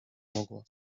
mogła